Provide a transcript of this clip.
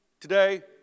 today